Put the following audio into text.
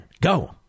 go